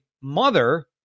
mother